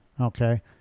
Okay